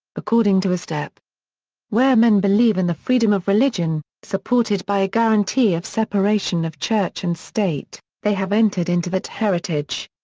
according to estep where men believe in the freedom of religion, supported by a guarantee of separation of church and state, they have entered into that heritage.